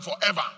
forever